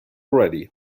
ready